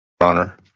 honor